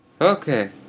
Okay